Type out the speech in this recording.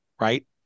right